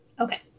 Okay